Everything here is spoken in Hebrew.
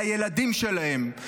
על הילדים שלהם.